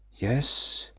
yes?